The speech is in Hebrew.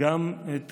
גם את